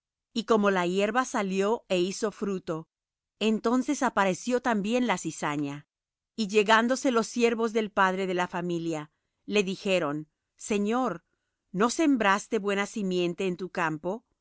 y como la hierba salió é hizo fruto entonces apareció también la cizaña y llegándose los siervos del padre de la familia le dijeron señor no sembraste buena simiente en tu campo de